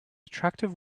attractive